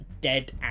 dead